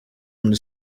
muri